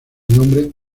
nombre